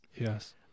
Yes